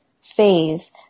phase